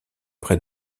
près